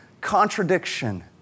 contradiction